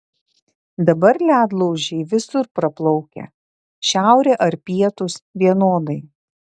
dabar ledlaužiai visur praplaukia šiaurė ar pietūs vienodai